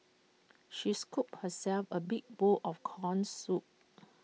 she scooped herself A big bowl of Corn Soup